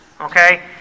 okay